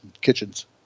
Kitchens